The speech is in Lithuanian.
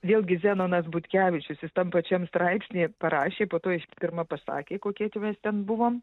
vėlgi zenonas butkevičius jis tam pačiam straipsny parašė po to iš pirma pasakė kokie čia mes ten buvom